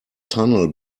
tunnel